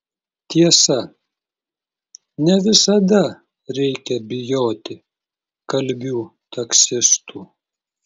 tiesa ne visada reikia bijoti kalbių taksistų